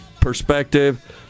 perspective